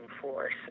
force